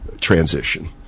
transition